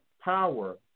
power